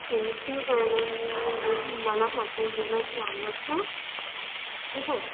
पाठवून देणार चार वाजता ठीक आहे